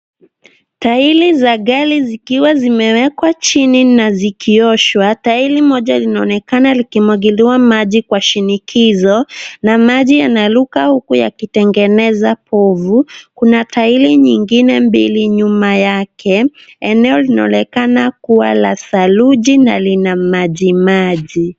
Tairi za gari zikiwa zimewekwa chini na zikioshwa. Tairi moja linaonekana likimwagiliwa majinkwa shinikizo na maji yanaruka huku yakitengeneza povu. Kuna tairi nyingine mbili nyuma yake. Eneo linaonekana kuwa la saruji na lina maji maji.